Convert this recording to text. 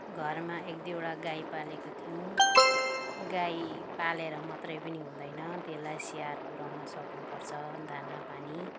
घरमा एक दुइवटा गाई पालेको थियौँ गाई पालेर मात्रै पनि हुँदैन त्यसलाई स्याहार पुर्याउनु सक्नु पर्छ दाना पानी